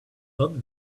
not